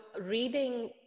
reading